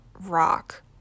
rock